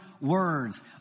words